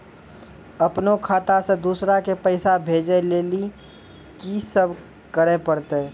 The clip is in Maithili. अपनो खाता से दूसरा के पैसा भेजै लेली की सब करे परतै?